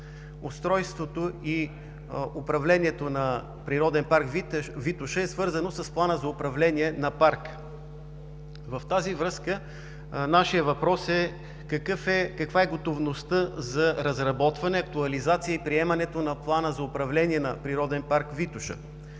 устройството и управлението на природен парк „Витоша“ е свързано с плана за управление на парка. В тази връзка нашият въпрос е: каква е готовността за разработване, актуализация и приемането на плана за управление на Природен парк „Витоша“.